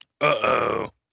Uh-oh